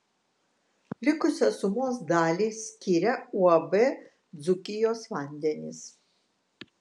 likusią sumos dalį skiria uab dzūkijos vandenys